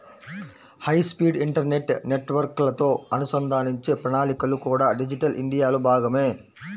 high speed internet నెట్వర్క్లతో అనుసంధానించే ప్రణాళికలు కూడా డిజిటల్ ఇండియాలో భాగమే